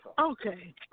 Okay